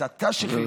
ההסתה שחלחלה,